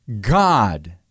God